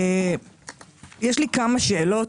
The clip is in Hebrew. יש לי כמה שאלות,